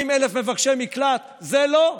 40,000 מבקשי מקלט, זה לא?